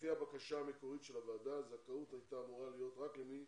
לפי הבקשה המקורית של הוועדה הזכאות הייתה אמורה להיות רק למי